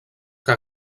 que